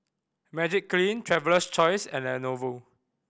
Magiclean Traveler's Choice and Lenovo